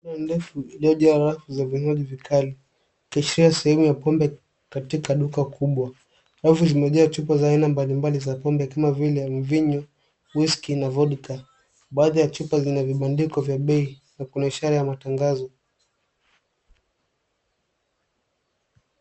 ...ndefu iliyojaa rafu za vinywaji vikali ikiashiria sehemu ya pombe katika duka kubwa. Rafu zimejaa chupa za aina mbalimbali za pombe kama vile mvinyo, whisky na vodka . Baadhi ya chupa zina vibandiko vya bei na kuna ishara ya matangazo.